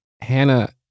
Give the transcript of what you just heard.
Hannah